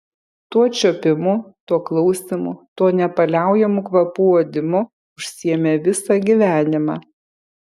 tuo čiuopimu tuo klausymu tuo nepaliaujamu kvapų uodimu užsiėmė visą gyvenimą